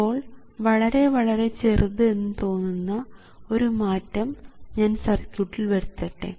ഇപ്പോൾ വളരെ വളരെ ചെറുത് എന്ന് തോന്നുന്ന ഒരു മാറ്റം ഞാൻ സർക്യൂട്ടിൽ വരുത്തട്ടെ